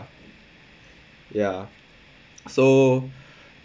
ya so